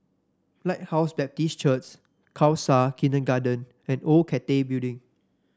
Lighthouse Baptist Church Khalsa Kindergarten and Old Cathay Building